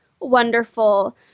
Wonderful